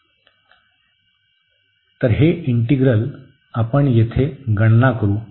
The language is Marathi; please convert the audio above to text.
तर हे इंटीग्रल आपण येथे गणना करू